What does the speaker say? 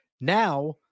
Now